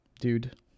Dude